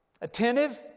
attentive